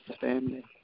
family